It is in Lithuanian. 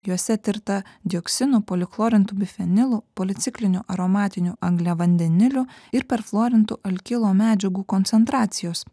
juose tirta dioksinų polichlorintų bifenilų policiklinių aromatinių angliavandenilių ir perfluorintų alkilo medžiagų koncentracijos